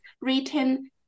written